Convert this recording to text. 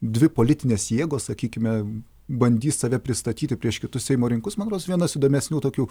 dvi politinės jėgos sakykime bandys save pristatyti prieš kitus seimo rinkus man rodos vienas įdomesnių tokių